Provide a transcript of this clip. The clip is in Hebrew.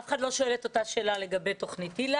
אף אחד לא שואל את אותה שאלה לגבי תוכנית היל"ה,